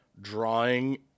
drawing